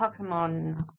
Pokemon